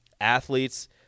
athletes